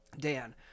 Dan